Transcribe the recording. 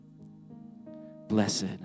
Blessed